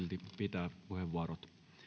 pitää puheenvuorot